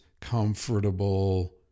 comfortable